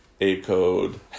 A-code